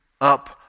up